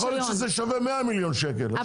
יכול להיות שזה שווה 100 מיליון שקל,